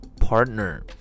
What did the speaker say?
partner